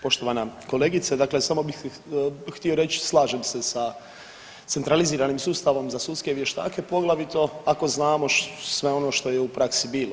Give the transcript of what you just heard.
Poštovana kolegice, dakle samo bih htio reć, slažem se sa, sa centraliziranim sustavom za sudske vještake poglavito ako znamo sve ono što je u praksi bilo.